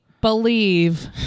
believe